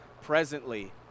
presently